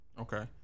Okay